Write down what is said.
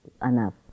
enough